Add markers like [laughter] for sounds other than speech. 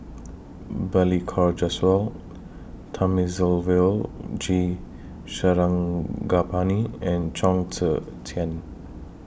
[noise] Balli Kaur Jaswal Thamizhavel G Sarangapani and Chong Tze Chien